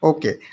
Okay